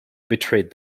betrayed